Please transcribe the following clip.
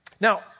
Now